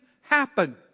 happen